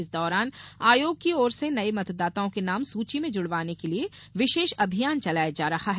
इस दौरान आयोग की ओर से नये मतदाताओं के नाम सुची में जुड़वाने के लिये विशेष अभियान चलाया जा रहा है